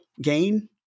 gain